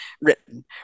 written